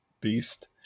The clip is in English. beast